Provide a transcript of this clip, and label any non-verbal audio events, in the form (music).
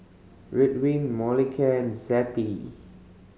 (unintelligible) Ridwind Molicare Zappy